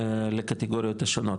לקטגוריות השונות,